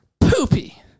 Poopy